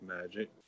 magic